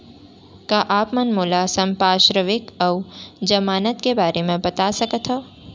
का आप मन मोला संपार्श्र्विक अऊ जमानत के बारे म बता सकथव?